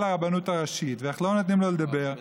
הרבנות הראשית ואיך לא נותנים לו לדבר,